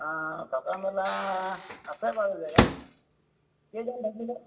অঁ থকা মেলা আছে বাৰু জেগা কেইজন থাকিব